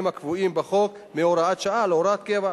הקבועים בחוק מהוראת שעה להוראת קבע.